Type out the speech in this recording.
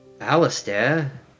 Alistair